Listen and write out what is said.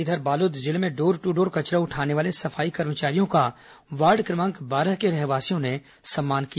इधर बालोद जिले में डोर टू डोर कचरा उठाने वाले सफाई कर्मचारियों का वार्ड बारह के रहवासियों ने सम्मान किया